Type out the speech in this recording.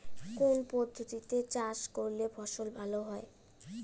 কোন পদ্ধতিতে চাষ করলে ফসল ভালো হয়?